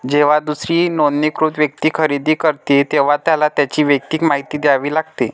जेव्हा दुसरी नोंदणीकृत व्यक्ती खरेदी करते, तेव्हा त्याला त्याची वैयक्तिक माहिती द्यावी लागते